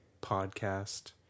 Podcast